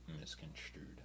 misconstrued